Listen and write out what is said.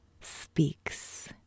speaks